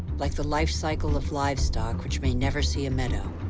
like the life cycle of livestock, which may never see a meadow.